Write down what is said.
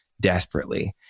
desperately